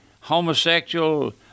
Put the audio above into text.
homosexual